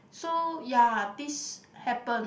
so ya this happened